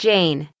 Jane